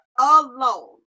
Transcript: alone